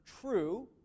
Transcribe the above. true